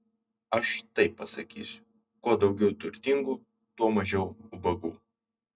aš taip pasakysiu kuo daugiau turtingų tuo mažiau ubagų